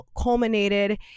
culminated